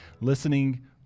listening